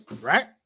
right